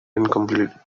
incomplete